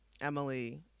Emily